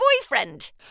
boyfriend